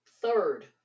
Third